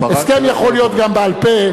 הסכם יכול להיות גם בעל-פה,